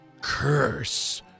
curse